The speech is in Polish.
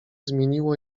zmieniło